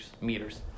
meters